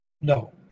no